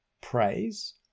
praise